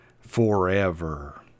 forever